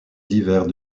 hivers